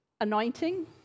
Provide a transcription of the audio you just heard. Anointing